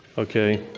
okay